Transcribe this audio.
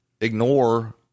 ignore